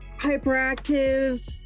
hyperactive